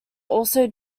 also